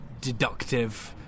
deductive